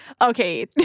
Okay